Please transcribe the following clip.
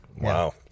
Wow